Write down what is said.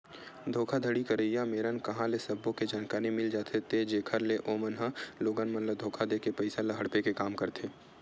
धोखाघड़ी करइया मेरन कांहा ले सब्बो के जानकारी मिल जाथे ते जेखर ले ओमन ह लोगन मन ल धोखा देके पइसा ल हड़पे के काम करथे